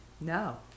No